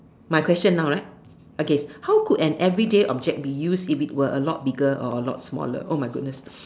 my question now right okay how could an everyday object be used if it was a lot bigger or a lot smaller [oh]-my-goodness